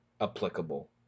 applicable